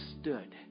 stood